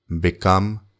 Become